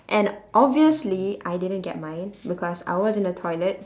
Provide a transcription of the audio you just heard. and obviously I didn't get mine because I was in the toilet